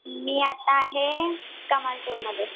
मी आत्ता आहे कमाल चौकमध्ये